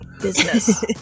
Business